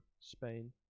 Spain